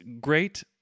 great